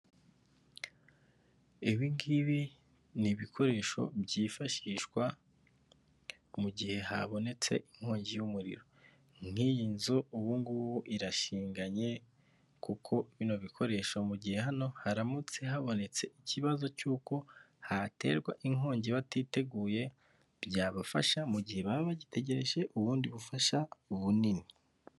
Ibi ngibi ni ibikoresho byifashishwa mu gihe habonetse inkongi y'umuriro nk'iyi nzu ubugubu irashinganye kuko bino bikoresho mu gihe hano haramutse habonetse ikibazo cy'uko haterwa inkongi batiteguye byabafasha mu gihe baba bagitegereje ubundi bufasha bunini.